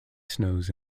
snows